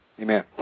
Amen